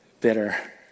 bitter